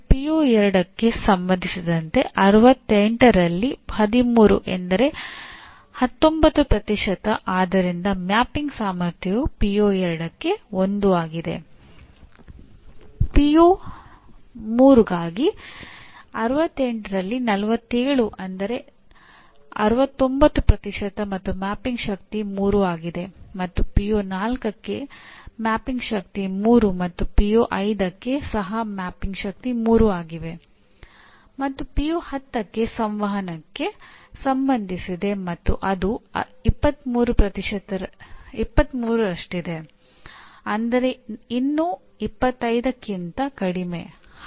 PO 3 ಸಂಬಂಧ ಹೊಂದಿದೆ ಇಲ್ಲಿ ಮ್ಯಾಪಿಂಗ್ ಸಾಮರ್ಥ್ಯವು 3 ಆಗಿದೆ